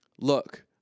Look